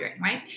right